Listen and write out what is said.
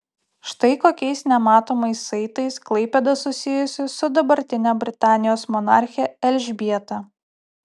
štai kokiais nematomais saitais klaipėda susijusi su dabartine britanijos monarche elžbieta